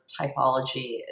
typology